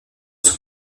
son